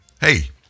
Hey